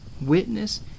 Witness